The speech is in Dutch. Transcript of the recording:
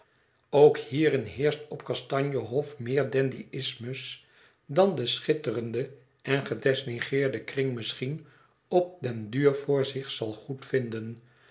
ook hierin heerscht op kastanje hof meer dandyïsmus dan de schitterende en gedistingueerde kring misschien op den duur voor zich zal